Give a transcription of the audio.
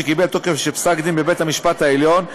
שקיבל תוקף של פסק-דין בבית-המשפט העליון,